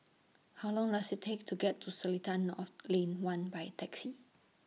How Long Does IT Take to get to Seletar North Lane one By Taxi